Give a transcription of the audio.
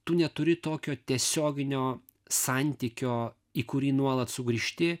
tu neturi tokio tiesioginio santykio į kurį nuolat sugrįžti